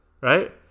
right